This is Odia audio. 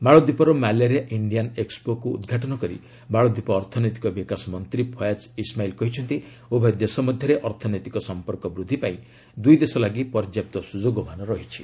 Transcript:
ମାଳଦୀପର ମାଲେରେ ଇଣ୍ଡିଆନ ଏକ୍ସପୋକୁ ଉଦ୍ଘାଟନ କରି ମାଳଦୀପ ଅର୍ଥନୈତିକ ବିକାଶ ମନ୍ତ୍ରୀ ଫୟାଜ ଇସ୍ମାଇଲ୍ କହିଛନ୍ତି ଉଭୟ ଦେଶ ମଧ୍ୟରେ ଅର୍ଥନୈତିକ ସଂପର୍କ ବୃଦ୍ଧି ପାଇଁ ଦୁଇଦେଶ ଲାଗି ପର୍ଯ୍ୟାପ୍ତ ସୁଯୋଗମାନ ରହିଛି